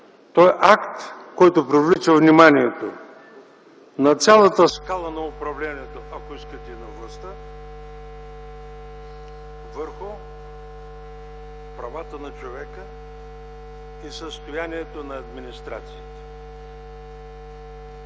Той е акт, който привлича вниманието на цялата скала на управлението, ако искате и на властта, върху правата на човека и състоянието на администрациите.